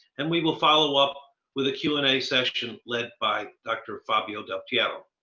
and, we will follow-up with a q and a session led by dr. fabio del piero.